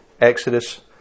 Exodus